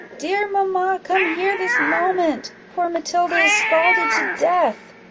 dear mamma, come here this moment! poor matilda is scalded to death!